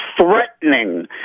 threatening